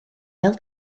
fel